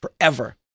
forever